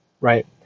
right